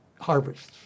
harvests